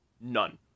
None